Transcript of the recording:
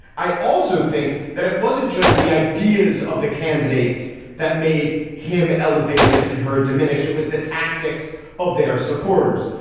i also think that it wasn't just the ideas of the candidates that made him elevated and her diminished. it was the tactics of their supporters.